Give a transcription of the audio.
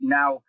now